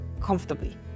comfortably